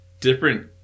different